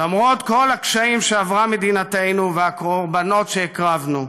למרות כל הקשיים שעברה מדינתנו והקורבנות שהקרבנו,